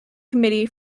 committee